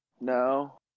No